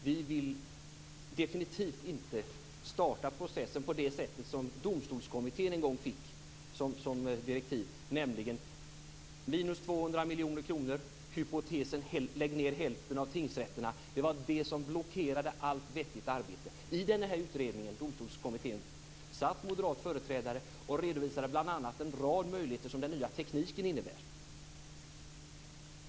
Vi vill definitivt inte starta processen på det sätt som Domstolskommittén en gång fick som direktiv: minus 200 miljoner kronor och hypotesen att hälften av tingsrätterna skulle läggas ned. Det var det som blockerade allt vettigt arbete. I den utredningen, Domstolskommittén, redovisade moderata företrädare bl.a. en rad möjligheter som den nya tekniken innebär.